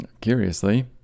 Curiously